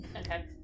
Okay